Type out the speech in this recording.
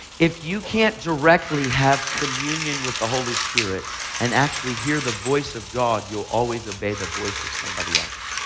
if you can't directly have communion with the holy spirit and actually hear the voice of god, you'll always obey the voice of somebody else.